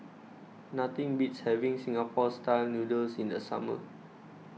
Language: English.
nothing beats having Singapore Style Noodles in the summer